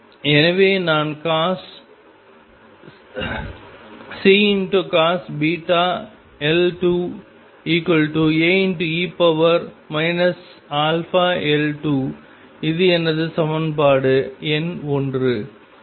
எனவே நான் Ccos βL2 Ae αL2 இது எனது சமன்பாடு எண் 1